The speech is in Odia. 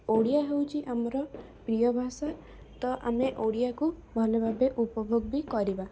ଓଡ଼ିଆ ହେଉଛି ଆମର ପ୍ରିୟଭାଷା ତ ଆମେ ଓଡ଼ିଆକୁ ଭଲଭାବେ ଉପଭୋଗ ବି କରିବା